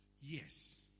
Yes